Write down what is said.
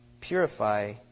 purify